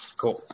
Cool